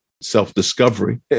Self-discovery